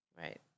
right